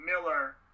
miller